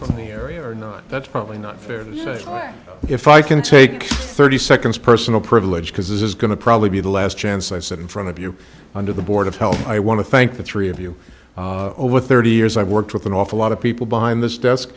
people theory or not that's probably not fair so if i can take thirty seconds personal privilege because this is going to probably be the last chance i sit in front of you under the board of health i want to thank the three of you over thirty years i've worked with an awful lot of people behind this desk